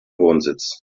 wohnsitz